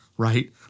Right